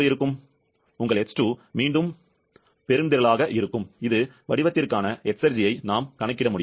உங்கள் X2 மீண்டும் வெகுஜனமாக இருக்கும் இது வடிவத்திற்கான எஸ்ர்ஜியை நாம் கணக்கிட முடியும்